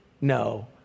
No